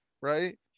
right